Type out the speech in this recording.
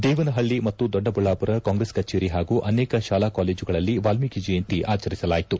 ದೇವನಹಳ್ಳಿ ಮತ್ತು ದೊಡ್ಡಬಳ್ಳಾಪುರದ ಕಾಂಗ್ರೆಸ್ ಕಚೇರಿ ಹಾಗೂ ಅನೇಕ ಶಾಲಾ ಕಾಲೇಜುಗಳಲ್ಲಿ ವಾಲೀಕಿ ಜಯಂತಿ ಆಚರಿಸಲಾಯಿತು